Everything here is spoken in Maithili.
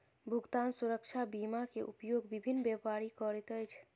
भुगतान सुरक्षा बीमा के उपयोग विभिन्न व्यापारी करैत अछि